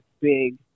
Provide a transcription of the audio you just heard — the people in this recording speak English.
big